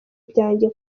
byanjye